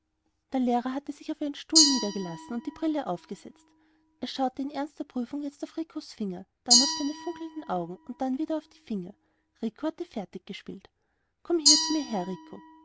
der lehrer hatte sich auf einen stuhl niedergelassen und die brille aufgesetzt er schaute mit ernster prüfung jetzt auf ricos finger dann auf seine funkelnden augen dann wieder auf die finger rico hatte fertig gespielt komm hier zu mir her